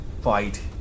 fight